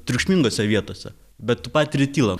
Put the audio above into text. triukšmingose vietose bet tu patiri tylą